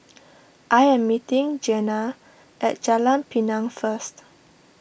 I am meeting Jeanna at Jalan Pinang first